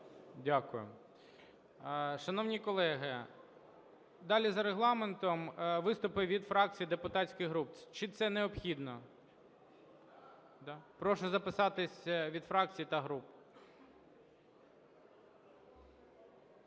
Дякую. Шановні колеги, далі за Регламентом виступи від фракцій, депутатських груп. Чи це необхідно? Прошу записатися від фракцій та груп. Кицак